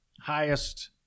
highest